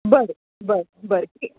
बरं बरं बरं